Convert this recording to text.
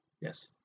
yes